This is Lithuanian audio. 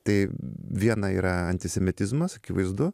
tai viena yra antisemitizmas akivaizdu